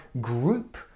group